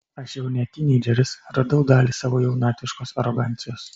aš jau ne tyneidžeris radau dalį savo jaunatviškos arogancijos